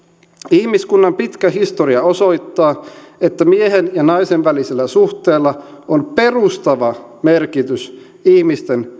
ihmiskunnan pitkä historia osoittaa että miehen ja naisen välisellä suhteella on perustava merkitys ihmisten